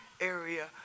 area